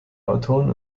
autoren